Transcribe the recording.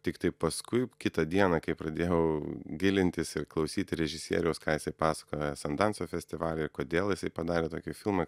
tiktai paskui kitą dieną kai pradėjau gilintis ir klausyti režisieriaus ką jisai pasakojo esandanso festivalyje kodėl jisai padarė tokį filmą